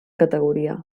categoria